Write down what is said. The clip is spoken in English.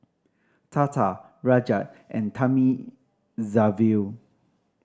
Tata Rajat and Thamizhavel